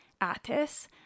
Attis